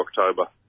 October